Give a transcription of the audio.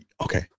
okay